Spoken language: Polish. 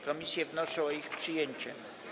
Komisje wnoszą o ich przyjęcie.